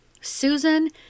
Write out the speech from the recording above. Susan